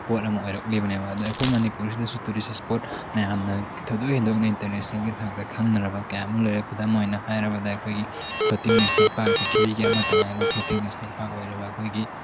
ꯄꯣꯠ ꯑꯃ ꯑꯣꯏꯔꯛꯂꯤꯕꯅꯦꯕ ꯑꯗꯒꯤ ꯑꯩꯈꯣꯏ ꯃꯅꯤꯄꯨꯔꯗꯁꯨ ꯇꯨꯔꯤꯁ ꯏꯁꯄꯣꯠ ꯃꯌꯥꯝꯅ ꯊꯣꯏꯗꯣꯛ ꯍꯦꯟꯗꯣꯛꯅ ꯏꯟꯇꯔꯅꯦꯁꯅꯦꯜꯒꯤ ꯊꯥꯛꯇ ꯈꯪꯅꯔꯕ ꯀꯌꯥ ꯑꯃ ꯂꯩꯔꯦ ꯈꯨꯗꯝ ꯑꯣꯏꯅ ꯍꯥꯏꯔꯕꯗ ꯑꯩꯈꯣꯏꯒꯤ ꯐ꯭ꯂꯣꯠꯇꯤꯡ ꯅꯦꯁꯅꯦꯜ ꯄꯥꯔꯛ ꯄꯤꯛꯊ꯭ꯔꯤꯕꯤꯒꯤ ꯑꯃꯠꯇ ꯉꯥꯏꯔꯕ ꯐ꯭ꯂꯣꯠꯇꯤꯡ ꯅꯦꯁꯅꯦꯜ ꯄꯥꯔꯛ ꯑꯣꯏꯔꯤꯕ ꯑꯩꯈꯣꯏꯒꯤ